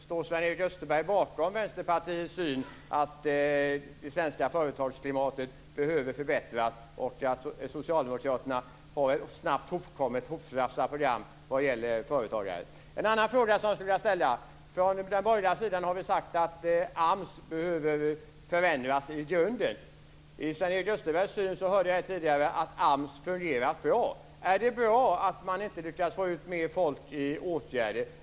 Står Sven-Erik Österberg bakom Vänsterpartiets syn att det svenska företagsklimatet behöver förbättras och att socialdemokraterna har ett snabbt hoprafsat program vad gäller företagare? Jag har en annan fråga som jag skulle vilja ställa. Från den borgerliga sidan har vi sagt att AMS behöver förändras i grunden. Ur Sven-Erik Österbergs synpunkt fungerar AMS bra, hörde jag tidigare. Är det bra att man inte lyckas få ut mer folk i åtgärder?